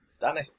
Danny